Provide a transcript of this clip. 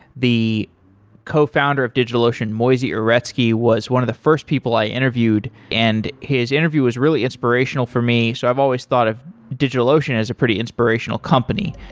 the co-founder of digitalocean moisey uretsky was one of the first people i interviewed and his interview was really inspirational for me, so i've always thought of digitalocean as a pretty inspirational company.